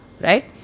right